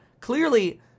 clearly